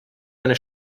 meine